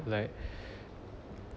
like